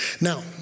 Now